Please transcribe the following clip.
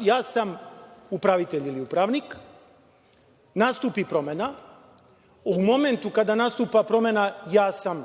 Ja sam upravitelj ili upravnik. Nastupi promena. U momentu kada nastupa promena, ja sam